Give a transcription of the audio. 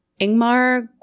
Ingmar